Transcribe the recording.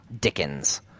Dickens